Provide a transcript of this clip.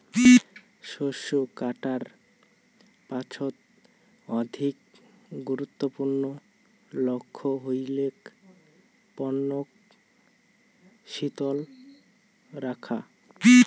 শস্য কাটার পাছত অধিক গুরুত্বপূর্ণ লক্ষ্য হইলেক পণ্যক শীতল রাখা